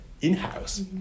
in-house